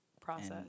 process